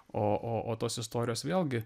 o o o tos istorijos vėlgi